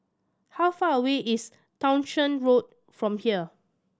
how far away is Townshend Road from here